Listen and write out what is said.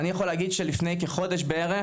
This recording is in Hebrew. ואני יכול להגיד שלפני כחודש בערך,